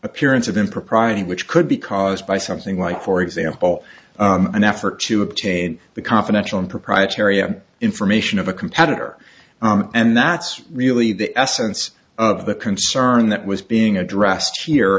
appearance of impropriety which could be caused by something like for example an effort to obtain the confidential and proprietary and information of a competitor and that's really the essence of the concern that was being addressed here